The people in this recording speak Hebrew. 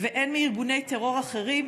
והן מארגוני טרור אחרים,